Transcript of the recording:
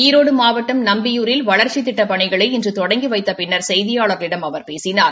ஈரோடு மாவட்டம் நம்பியூரில் வளர்ச்சித் திட்டப் பணிகளை இன்று தொடங்கி வைத்த பின்னர் செய்தியாள்களிடம் அவர் பேசினர்